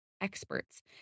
experts